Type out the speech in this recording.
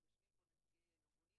אני רואה שיושבים פה נציגי הארגונים